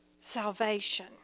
salvation